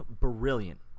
brilliant